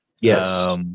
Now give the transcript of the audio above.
Yes